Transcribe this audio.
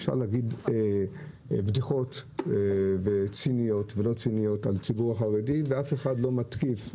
אפשר להגיד בדיחות ציניות ולא ציניות על הציבור החרדי ואף אחד לא מתקיף.